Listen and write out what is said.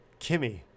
Kimmy